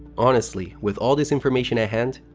honestly, with all this information at hand,